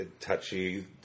touchy